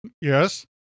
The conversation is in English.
Yes